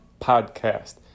podcast